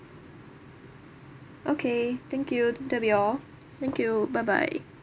okay thank you that'll be all thank you bye bye